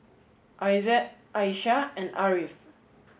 Aizat Aishah and Ariff